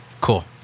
Cool